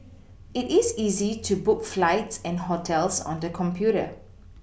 it is easy to book flights and hotels on the computer